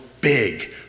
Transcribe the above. big